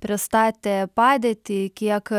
pristatė padėtį kiek